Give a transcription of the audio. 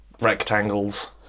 rectangles